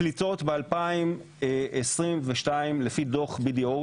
הפליטות ב-2022 לפי דוח BDO,